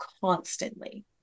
constantly